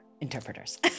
interpreters